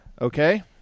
Okay